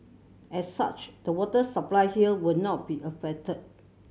as such the water supply here will not be affected